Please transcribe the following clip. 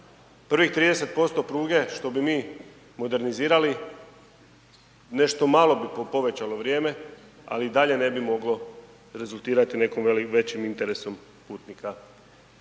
Prvih 30% pruge što bi mi modernizirali nešto malo bi povećalo vrijeme, ali i dalje ne bi moglo rezultirati nekim većim interesom putnika